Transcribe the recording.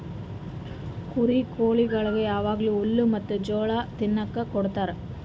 ಕುರಿಗೊಳಿಗ್ ಯಾವಾಗ್ಲೂ ಹುಲ್ಲ ಮತ್ತ್ ಜೋಳ ತಿನುಕ್ ಕೊಡ್ತಾರ